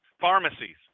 Pharmacies